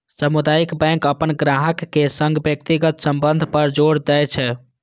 सामुदायिक बैंक अपन ग्राहकक संग व्यक्तिगत संबंध पर जोर दै छै